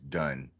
done